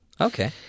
Okay